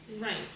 Right